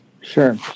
Sure